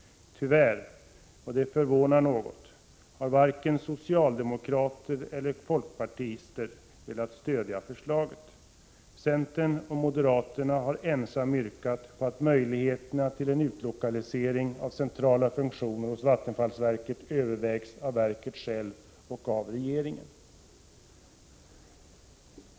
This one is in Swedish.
Tyvärr — och det förvånar något — har varken socialdemokrater eller folkpartister velat stödja förslaget. Centern och moderaterna har ensamma yrkat på att möjligheterna till en utlokalisering av centrala funktioner hos vattensfallsverket övervägs av verket självt och av regeringen.